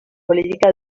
política